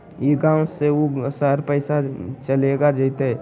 ई गांव से ऊ शहर पैसा चलेगा जयते?